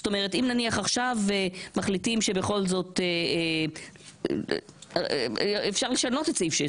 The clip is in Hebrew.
זאת אומרת אם נניח עכשיו מחליטים שבכל זאת אפשר לשנות את סעיף 6,